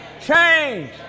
change